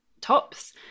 tops